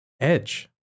Edge